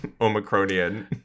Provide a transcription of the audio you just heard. Omicronian